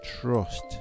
trust